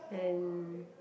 and